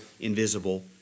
invisible